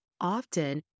often